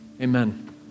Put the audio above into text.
Amen